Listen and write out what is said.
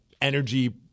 energy –